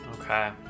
Okay